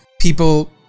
people